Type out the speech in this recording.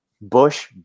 Bush